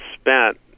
spent